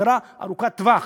להשכרה ארוכת-טווח,